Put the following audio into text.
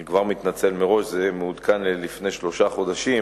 אני מתנצל מראש, זה מעודכן ללפני שלושה חודשים,